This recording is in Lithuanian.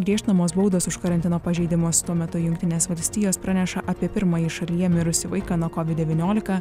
griežtinamos baudos už karantino pažeidimus tuo metu jungtinės valstijos praneša apie pirmąjį šalyje mirusį vaiką nuo kovid devyniolika